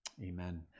Amen